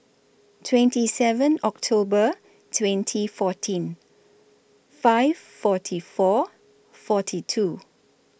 twenty seven October twenty fourteen five forty four forty two